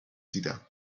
دیدم